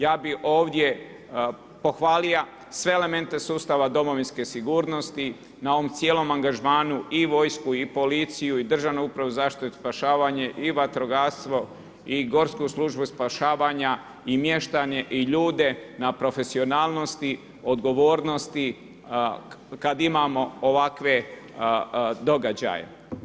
Ja bih ovdje pohvalio sve elemente sustava domovinske sigurnosti na ovom cijelom angažmanu i vojsku i policiju i Državnu upravu za zaštitu i spašavanje i vatrogastvo i Gorsku službu spašavanja i mještane i ljude na profesionalnosti, odgovornosti kad imamo ovakve događaje.